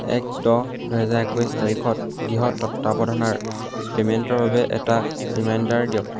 এক দহ দুহেজাৰ একৈছ তাৰিখত গৃহ তত্বাৱধানৰ পে'মেণ্টৰ বাবে এটা ৰিমাইণ্ডাৰ দিয়ক